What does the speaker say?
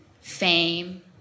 fame